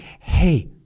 hey